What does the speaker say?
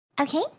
Okay